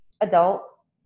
adults